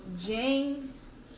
James